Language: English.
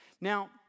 Now